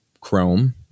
Chrome